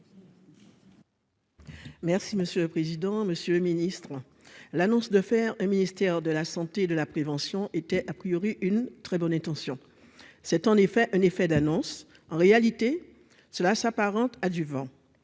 Merci monsieur le président, Monsieur le Ministre, l'annonce de faire un ministère de la Santé, de la prévention était a priori une très bonne intention, c'est en effet un effet d'annonce, en réalité, cela s'apparente à du vent,